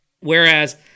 Whereas